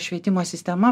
švietimo sistema